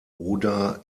oda